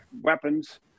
weapons